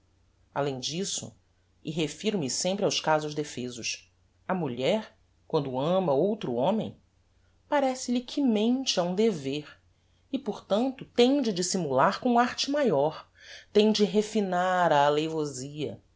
alem disso e refiro-me sempre aos casos defesos a mulher quando ama outro homem parece-lhe que mente a um dever e portanto tem de dissimular com arte maior tem de refinar a aleivosia ao